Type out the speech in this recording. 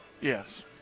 Yes